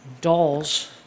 Dolls